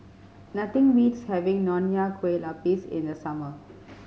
nothing beats having Nonya Kueh Lapis in the summer